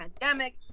pandemic